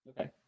Okay